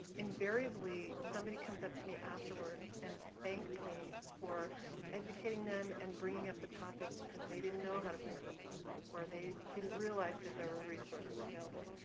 invariably, somebody comes up to me afterward and thanks me for educating them and bringing up the topic because they didn't know how to bring up the topic or they didn't realize that there were resources available.